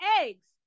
eggs